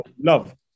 love